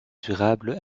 durables